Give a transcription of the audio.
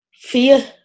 fear